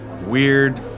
weird